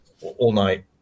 all-night